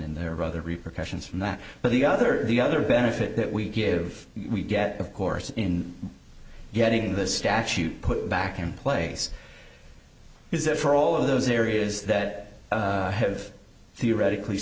and they're rather repercussions from that but the other the other benefit that we give we get of course in getting the statute put back in place is it for all of those areas that have theoretically